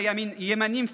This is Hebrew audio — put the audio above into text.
לימנים,